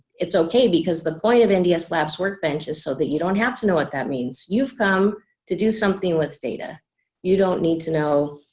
it's okay because the point of nds and ah labs workbench is so that you don't have to know what that means you've come to do something with data you don't need to know